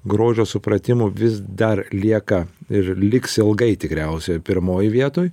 grožio supratimu vis dar lieka ir liks ilgai tikriausiai pirmoj vietoj